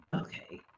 Okay